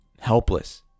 helpless